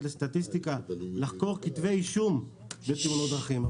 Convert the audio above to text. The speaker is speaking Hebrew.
לסטטיסטיקה לחקור כתבי אישום בתאונות דרכים.